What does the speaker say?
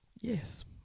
yes